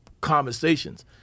conversations